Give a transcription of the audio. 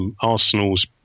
Arsenal's